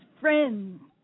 friends